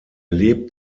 lebt